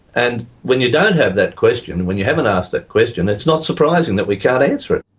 and when you don't have that question, when you haven't asked that question, it's not surprising that we can't answer it.